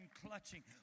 clutching